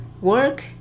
work